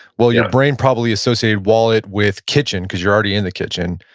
well your brain probably associated wallet with kitchen because you're already in the kitchen.